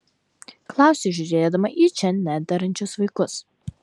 klausiu žiūrėdama į čia nederančius vaikus